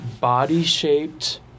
body-shaped